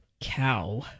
Cow